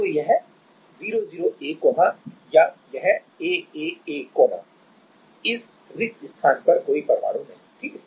तो यह 0 0 a कोना या यह a a a कोना इस रिक्त स्थान पर कोई परमाणु नहीं है ठीक है